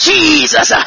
Jesus